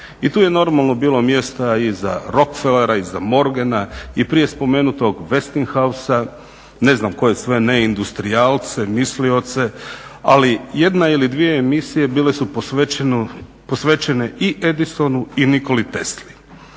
I tu je normalno bilo mjesta i za Rockfellera i za Morgena i prije spomenutog Westinghousa ne znam koje sve ne industrijalce, mislioce, ali jedna ili dvije emisije bile su posvećene i Edisonu i Nikoli Tesli.